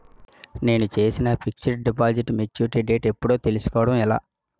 నేను చేసిన fixed deposit mature date ఎప్పుడో తెల్సుకోవడం ఎలా?